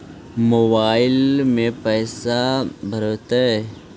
Mobile में पैसा भरैतैय?